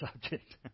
subject